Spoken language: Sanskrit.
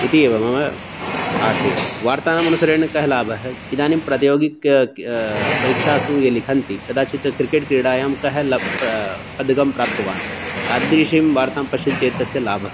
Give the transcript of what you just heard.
इति एव मम आशयः वार्तामनुसरणेन कः लाभः इदानीं प्रतियोगिक परीक्षासु ये लिखन्ति कदाचित् क्रिकेट् क्रीडायां कः लब् पदकं प्राप्तवान् तादृशीं वार्तां पश्यति चेत् तस्य लाभः